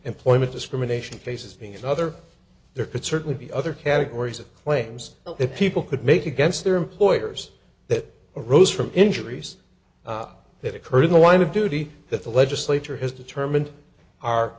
employment discrimination cases being another there could certainly be other categories of claims that people could make against their employers that arose from injuries that occurred in the line of duty that the legislature has determined are